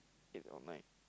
eight or nine